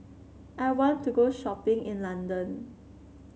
I want to go shopping in London